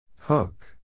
Hook